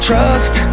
Trust